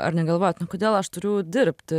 ar negalvojot nu kodėl aš turiu dirbt